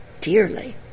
dearly